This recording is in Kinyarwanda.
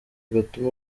gatuma